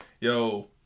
yo